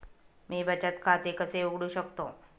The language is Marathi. मी बचत खाते कसे उघडू शकतो?